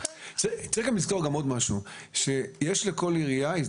צריך לזכור עוד משהו והוא שלכל עירייה יש